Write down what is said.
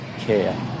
care